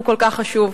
שהוא כל כך חשוב.